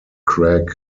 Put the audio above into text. craig